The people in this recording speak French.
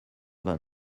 vingt